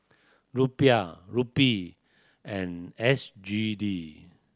Rupiah Rupee and S G D